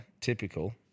Typical